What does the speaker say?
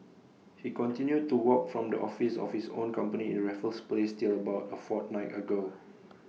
he continued to work from the office of his own company in Raffles place till about A fortnight ago